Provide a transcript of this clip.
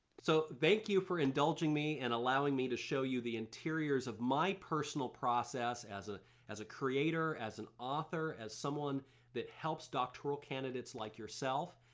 so thank you for indulging me and allowing me to show you the interiors of my personal process as ah as a creator, as an author, as someone that helps doctoral candidates like yourself,